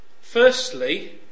Firstly